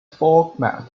format